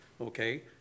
Okay